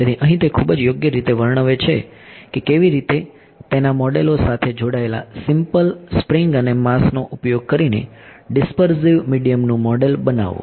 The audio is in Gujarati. તેથી અહીં તે ખૂબ જ યોગ્ય રીતે વર્ણવે છે કે કેવી રીતે તેના મોડેલો સાથે જોડાયેલ સિમ્પલ સ્પ્રિંગ અને માસ નો ઉપયોગ કરીને ડીસ્પર્ઝીવ મીડીયમનું મોડેલ બનાવવું